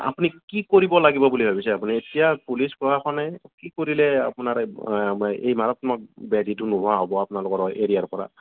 আপুনি কি কৰিব লাগিব বুলি ভাবিছে আপুনি এতিয়া পুলিচ প্ৰশাসনে কি কৰিলে আপোনাৰ এই মাৰাত্মক ব্যাধিটো নোহোৱা হ'ব আপোনালোকৰ এৰিয়াৰ পৰা